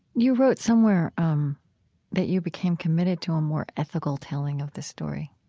you wrote somewhere um that you became committed to a more ethical telling of the story